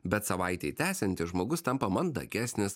bet savaitei tęsiantis žmogus tampa mandagesnis